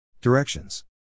Directions